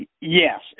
Yes